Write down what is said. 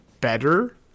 better